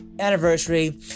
anniversary